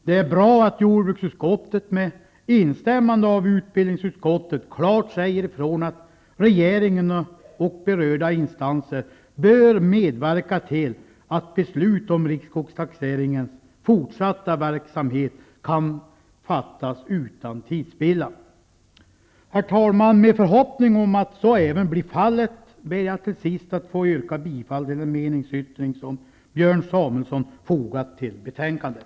Det är bra att jordbruksutskottet, med instämmande av utbildningsutskottet, klart säger ifrån att regeringen och berörda instanser bör medverka till att beslut om riksskogstaxeringens fortsatta verksamhet kan fattas utan tidsspillan. Herr talman! Med förhoppning om att så även blir fallet ber jag till sist att få yrka bifall till den meningsyttring som Björn Samuelson fogat till betänkandet.